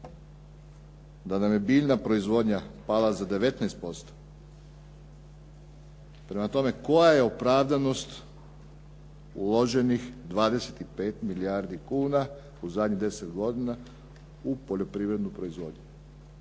Da nam je biljna proizvodnja pala za 19%. Prema tome, koja je opravdanost uloženih 25 milijardi kuna u zadnjih 10 godina u poljoprivrednu proizvodnju.